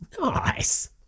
Nice